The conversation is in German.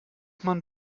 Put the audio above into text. man